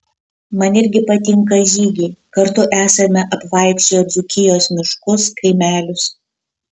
man irgi patinka žygiai kartu esame apvaikščioję dzūkijos miškus kaimelius